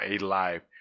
alive